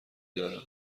دارم